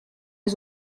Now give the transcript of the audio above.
les